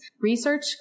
research